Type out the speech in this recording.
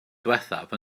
ddiwethaf